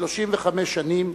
מ-35 שנים,